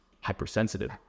hypersensitive